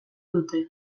dute